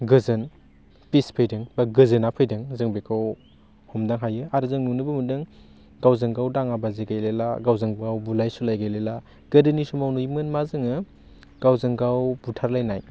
गोजोन पिस फैदों बा गोजोना फैदों जों बेखौ हमदां हायो आरो जों नुनोबो मोन्दों गावजोंगाव दाङाबाजि गैलायला गावजों गाव बुलाय सोलाय गैलायला गोदोनि समाव नुयोमोन मा जोङो गावजों गाव बुथारलायनाय